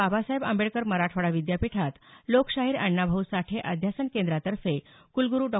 बाबासाहेब आंबेडकर मराठवाडा विद्यापीठात लोकशाहीर अण्णाभाऊ साठे अध्यासन केंद्रातर्फे कुलगुरू डॉ